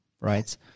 Right